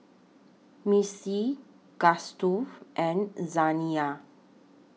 Mistie Gustav and Zaniyah